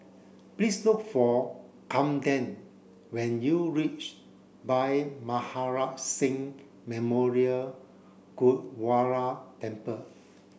please look for Kamden when you reach Bhai Maharaj Singh Memorial Gurdwara Temple